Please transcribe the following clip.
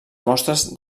mostres